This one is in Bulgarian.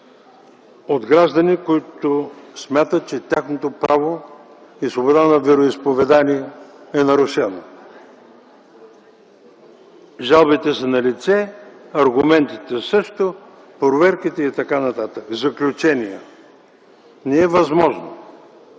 г., които смятат, че тяхното право и свобода на вероизповедание е нарушено. Жалбите са налице, аргументите - също, проверките и т.н. Заключение: Не е възможно